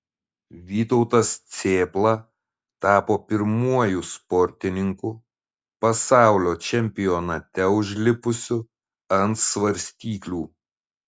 vytautas cėpla tapo pirmuoju sportininku pasaulio čempionate užlipusiu ant svarstyklių